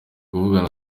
kuvugana